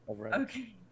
Okay